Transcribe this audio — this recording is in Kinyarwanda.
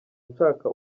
nshaka